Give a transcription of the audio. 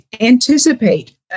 anticipate